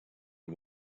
and